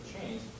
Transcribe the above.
change